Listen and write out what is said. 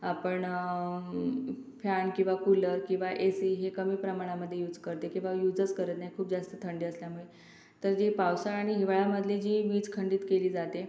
आपण फॅन किंवा कूलर किंवा एसी हे कमी प्रमाणामध्ये यूज करते किंवा यूजच करत नाही खूप जास्त थंडी असल्यामुळे तर जी पावसाळा आणि हिवाळ्यामधली जी वीज खंडित केली जाते